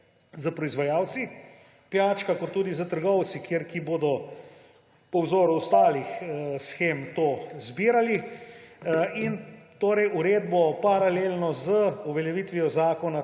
s proizvajalci pijač in tudi s trgovci, ki bodo po vzoru ostalih shem to zbirali, in uredbo paralelno z uveljavitvijo zakona